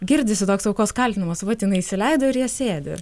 girdisi toks aukos kaltinamas vat jinai įsileido ir jie sėdi